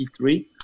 P3